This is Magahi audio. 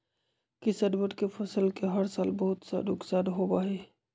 किसनवन के फसल के हर साल बहुत सा नुकसान होबा हई